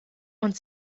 und